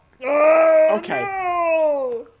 Okay